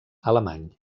alemany